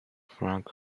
frank